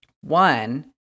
One